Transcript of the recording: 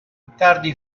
tardi